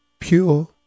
Pure